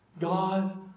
God